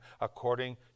according